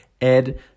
Ed